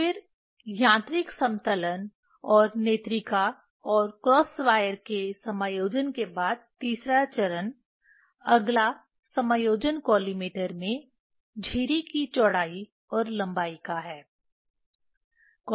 फिर यांत्रिक समतलन और नेत्रिका और क्रॉस वायर के समायोजन के बाद तीसरा चरण अगला समायोजन कॉलिमेटर में झिरी की चौड़ाई और लंबाई का है